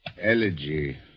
Elegy